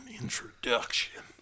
introduction